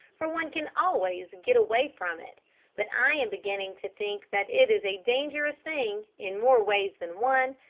for one can always get away from it but i am beginning to think that it is a dangerous thing, in more ways than one,